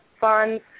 funds